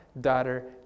daughter